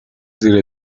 زیر